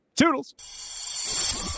Toodles